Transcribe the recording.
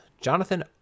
Jonathan